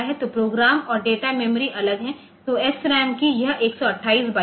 तो प्रोग्राम और data memory अलग हैं तो SRAM की यह 128 बाइट्स